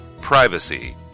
Privacy